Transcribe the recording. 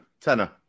Tenner